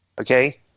okay